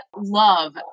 love